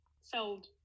Sold